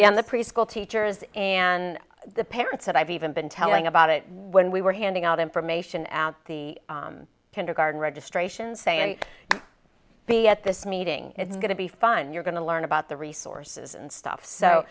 in the preschool teachers and the parents and i've even been telling about it when we were handing out information at the kindergarten registration saying be at this meeting it's going to be fun you're going to learn about the resources and stuff so